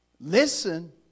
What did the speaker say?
Listen